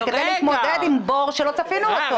זה כדי להתמודד עם בור שלא צפינו אותו.